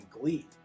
glee